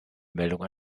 meldung